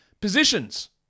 Positions